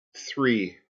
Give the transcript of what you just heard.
three